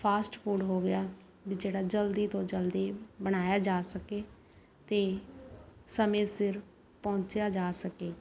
fast food ਹੋ ਗਿਆ ਵੀ ਜਿਹੜਾ ਜਲਦੀ ਤੋਂ ਜਲਦੀ ਬਣਾਇਆ ਜਾ ਸਕੇ ਅਤੇ ਸਮੇਂ ਸਿਰ ਪਹੁੰਚਿਆ ਜਾ ਸਕੇ